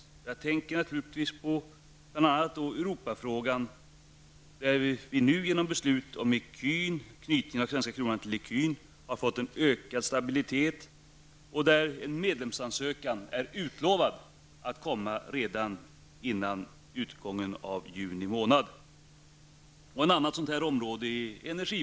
Jag tänker naturligtvis på Europafrågan, där vi nu genom knytningen av den svenska kronan till ecun har fått en ökad stabilitet och där en medlemsansökan till EG är utlovad att komma redan innan utgången av juni månad. Ett annat sådant här område är energins.